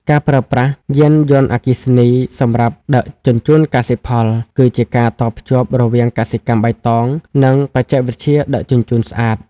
ការប្រើប្រាស់ "យានយន្តអគ្គិសនីសម្រាប់ដឹកជញ្ជូនកសិផល" គឺជាការតភ្ជាប់រវាងកសិកម្មបៃតង និងបច្ចេកវិទ្យាដឹកជញ្ជូនស្អាត។